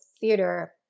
theater